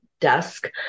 desk